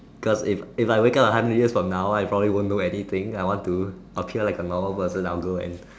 cause if if I wake up from a hundred years from now I probably won't know anything I want to appear like a normal person I'll go and